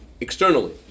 externally